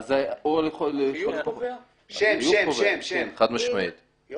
אם לא, זה היה